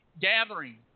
gathering